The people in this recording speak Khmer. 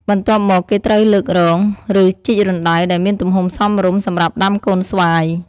បន្ទាប់មក គេត្រូវលើករង ឬជីករណ្ដៅដែលមានទំហំសមរម្យ សម្រាប់ដាំកូនស្វាយ។